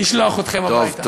לשלוח אתכם הביתה.